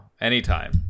Anytime